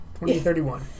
2031